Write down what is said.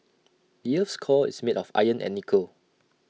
the Earth's core is made of iron and nickel